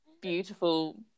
beautiful